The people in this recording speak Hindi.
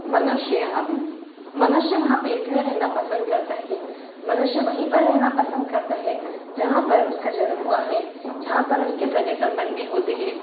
मनुष्य अप मनुष्य वहाँ पर इसलिए रहना पसंद करता है मनुष्य वहीं पर रहना पसंद करता है जहाँ पर उसका जन्म हुआ है जहाँ पर उसके सगे संबंधी होते हैं